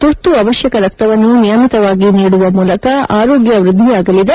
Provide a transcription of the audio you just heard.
ತುರ್ತು ಅವಶ್ಯಕ ರಕ್ತವನ್ನು ನಿಯಮಿತವಾಗಿ ನೀಡುವ ಮೂಲಕ ಆರೋಗ್ಯ ವೃದ್ಧಿಯಾಗಲಿದೆ